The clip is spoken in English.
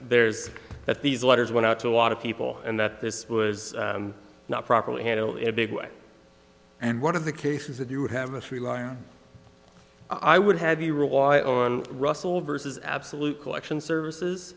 there's that these letters went out to a lot of people and that this was not properly handle it a big way and one of the cases that you would have i would have you rely on russell versus absolute collection services